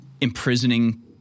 imprisoning